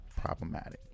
problematic